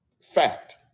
fact